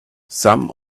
some